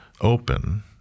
open